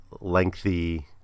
lengthy